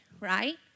right